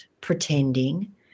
pretending